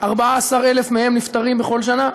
14,000 מהם נפטרים בכל שנה,